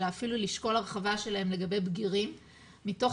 אלא אפילו לשקול הרחבה שלהם לגבי בגירים מתוך